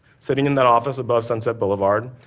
sitting in that office above sunset boulevard,